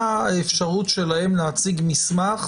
מה האפשרות שלהם להציג מסמך